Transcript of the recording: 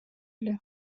эле